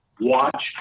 watch